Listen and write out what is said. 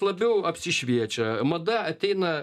labiau apsišviečia mada ateina